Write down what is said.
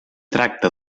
tracta